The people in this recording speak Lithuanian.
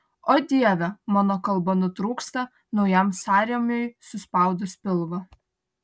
o dieve mano kalba nutrūksta naujam sąrėmiui suspaudus pilvą